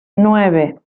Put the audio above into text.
nueve